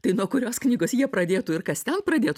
tai nuo kurios knygos jie pradėtų ir kas ten pradėtų